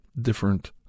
different